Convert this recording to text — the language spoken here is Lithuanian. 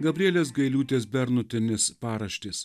gabrielės gailiūtės bernotienės paraštės